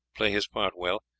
play his part well.